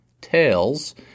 tails